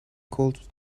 called